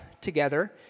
together